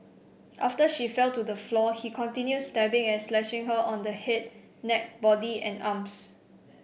after she fell to the floor he continued stabbing and slashing her on the head neck body and arms